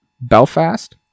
Belfast